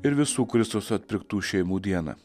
ir visų kristaus atpirktų šeimų dieną